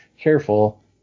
careful